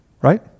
Right